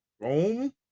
rome